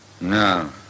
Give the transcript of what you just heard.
No